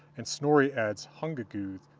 and snorri adds hangagud,